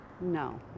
No